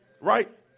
Right